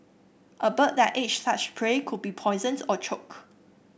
a bird that ate such prey could be poisoned or choke